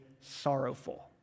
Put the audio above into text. sorrowful